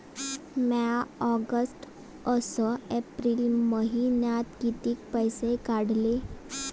म्या ऑगस्ट अस एप्रिल मइन्यात कितीक पैसे काढले?